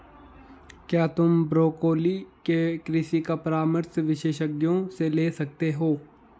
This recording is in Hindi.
क्या तुम ब्रोकोली के कृषि का परामर्श विशेषज्ञों से ले सकते हो?